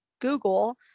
Google